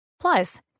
Plus